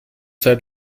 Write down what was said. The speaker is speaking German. seit